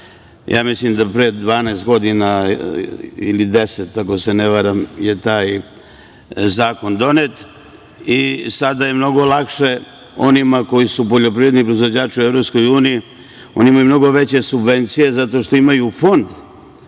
da pre 12 godina ili 10, ako se ne varam, je taj zakon donet. Sada je mnogo lakše poljoprivrednim proizvođačima u EU, oni imaju mnogo veće subvencije zato što imaju fond